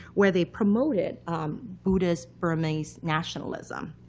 where they promoted buddhist burmese nationalism.